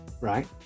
Right